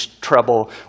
trouble